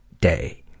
day